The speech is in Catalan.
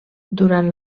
durant